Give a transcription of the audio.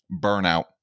burnout